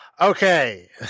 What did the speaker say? okay